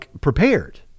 prepared